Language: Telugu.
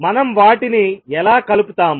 మనం వాటిని ఎలా కలుపుతాము